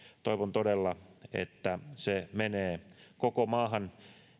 toivon todella että se menee koko maahan